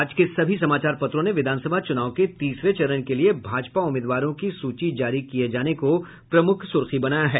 आज के सभी समाचार पत्रों ने विधानसभा चुनाव के तीसरे चरण के लिए भाजपा उम्मीदवारों की सूची जारी किये जाने को प्रमुख सुर्खी बनाया है